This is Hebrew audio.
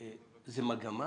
זו מגמה